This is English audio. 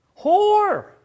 whore